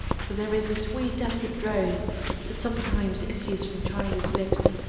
for there is a sweet, delicate drone that sometimes issues from childish lips,